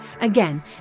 Again